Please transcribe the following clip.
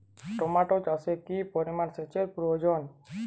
Tomato চাষে কি পরিমান সেচের প্রয়োজন?